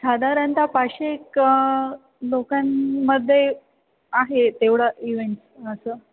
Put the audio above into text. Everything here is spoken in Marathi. साधारणत पाचशे एक लोकांमध्ये आहे तेवढं इवेंट असं